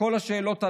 וכל השאלות הללו.